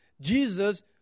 Jesus